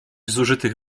zużytych